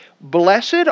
Blessed